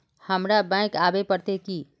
हमरा बैंक आवे पड़ते की?